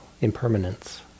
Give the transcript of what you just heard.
impermanence